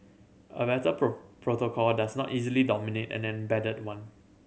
a better protocol does not easily dominate an embedded one